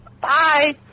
bye